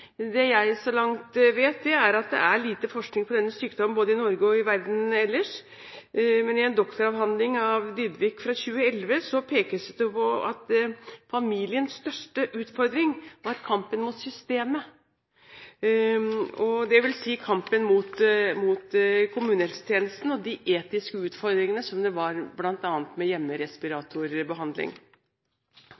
langt jeg vet, er det lite forskning på denne sykdommen både i Norge og i verden for øvrig. Men i en doktorgradsavhandling av Knut Dybwik fra 2011 ble det pekt på at familiens største utfordring var kampen mot systemet, dvs. kampen mot kommunehelsetjenesten og de etiske utfordringene med bl.a. hjemmerespiratorbehandling. Avslutningsvis vil jeg takke for debatten. Jeg opplever at alle som